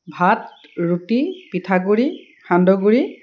ভাত ৰুটি পিঠাগুড়ি সান্দহগুড়ি